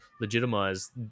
legitimize